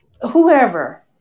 whoever